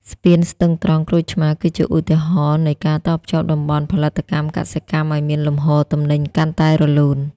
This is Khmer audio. ស្ពានស្ទឹងត្រង់-ក្រូចឆ្មារ គឺជាឧទាហរណ៍នៃការតភ្ជាប់តំបន់ផលិតកម្មកសិកម្មឱ្យមានលំហូរទំនិញកាន់តែរលូន។